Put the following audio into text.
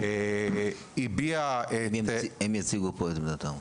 הם יציגו פה את עמדתם.